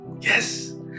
Yes